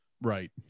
right